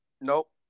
Nope